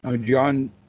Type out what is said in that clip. John